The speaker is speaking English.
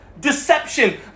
Deception